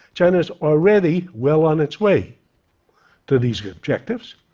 china is already well on its way to these objectives.